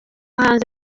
hanze